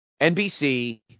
NBC